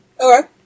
okay